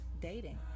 dating